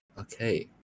Okay